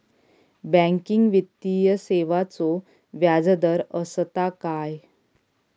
Banking वित्तीय सेवाचो व्याजदर असता काय?